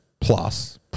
plus